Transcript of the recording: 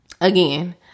Again